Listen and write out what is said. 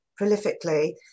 prolifically